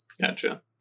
gotcha